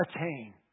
attain